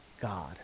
God